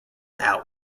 out